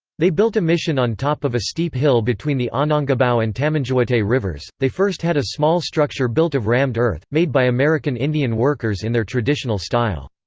they built a mission on top of a steep hill between the anhangabau and tamanduatei rivers they first had a small structure built of rammed earth, made by american indian workers in their traditional style.